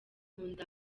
nkunda